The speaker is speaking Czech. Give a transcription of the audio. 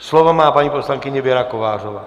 Slovo má paní poslankyně Věra Kovářová.